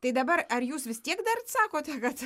tai dabar ar jūs vis tiek dar sakote kad